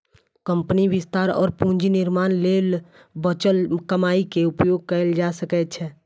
कंपनीक विस्तार और पूंजी निर्माण लेल बचल कमाइ के उपयोग कैल जा सकै छै